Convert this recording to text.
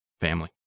Family